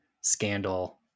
scandal